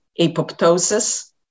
apoptosis